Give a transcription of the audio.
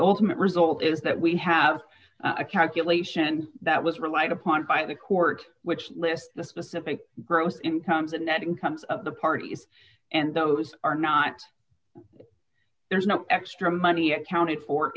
ultimate result is that we have a calculation that was relied upon by the court which lists the specific gross income the net incomes of the parties and those are not there's no extra money accounted for